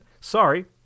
sorry